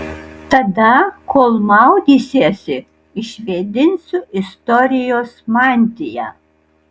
tada kol maudysiesi išvėdinsiu istorijos mantiją